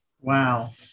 Wow